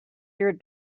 your